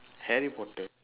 harry potter